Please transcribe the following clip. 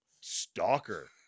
stalker